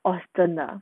!wah! 真的